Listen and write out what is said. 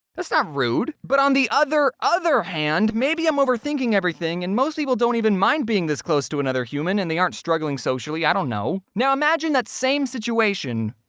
that's not rude! but, on the other other hand, maybe i'm overthinking everything, and most people don't even mind being this close to another human, and they aren't struggling socially, i don't know! now, imagine that same situation.